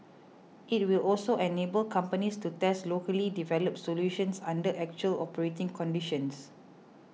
it will also enable companies to test locally developed solutions under actual operating conditions